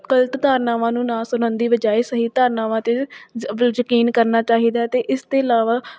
ਗਲਤ ਧਾਰਨਾਵਾਂ ਨੂੰ ਨਾ ਸੁਣਨ ਦੀ ਬਜਾਏ ਸਹੀ ਧਾਰਨਾਵਾਂ 'ਤੇ ਯਕੀਨ ਕਰਨਾ ਚਾਹੀਦਾ ਹੈ ਅਤੇ ਇਸ ਤੋਂ ਇਲਾਵਾ